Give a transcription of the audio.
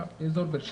באזור באר שבע.